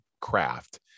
craft